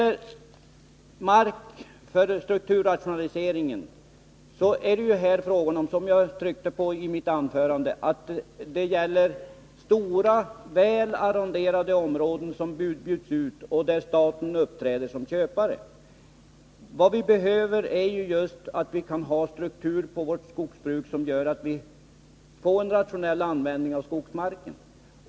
Beträffande mark för strukturrationalisering gäller det, som jag tryckte på i mitt anförande, stora väl arronderade områden som bjuds ut. Och det är staten som uppträder som köpare. Vi behöver en sådan struktur hos vårt skogsbruk att vi får en rationell användning av skogsmarken.